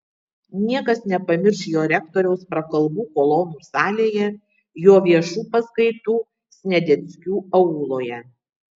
niekas nepamirš jo rektoriaus prakalbų kolonų salėje jo viešų paskaitų sniadeckių auloje